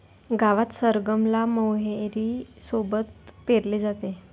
गावात सरगम ला मोहरी सोबत पेरले जाते